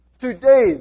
Today